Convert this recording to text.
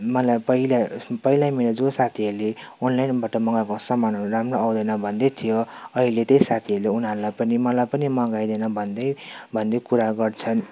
मलाई पहिला पहिला मैले जो साथीहरूले अनलाइनबाट मगाएको सामानहरू राम्रो आउँदैन भन्दै थियो अहिले त्यही साथीहरूले उनीहरूलाई पनि मलाई पनि मगाइदेन भन्दै भन्ने कुरा गर्छन्